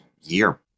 year